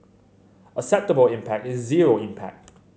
acceptable impact is zero impact